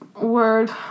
word